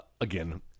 Again